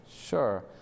Sure